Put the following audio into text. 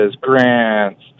grants